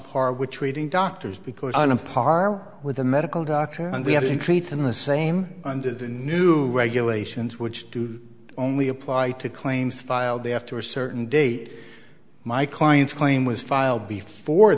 par with treating doctors because on a par with a medical doctor and they have been treated in the same under the new regulations which do only apply to claims filed after a certain date my client's claim was filed before